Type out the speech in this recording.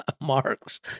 mark's